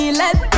let